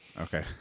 Okay